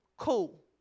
Cool